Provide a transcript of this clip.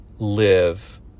Live